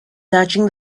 searching